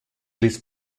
les